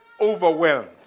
overwhelmed